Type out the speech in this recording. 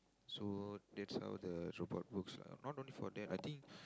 so that's how the robot works lah not only for that I think